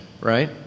right